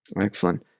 Excellent